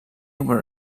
were